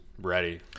ready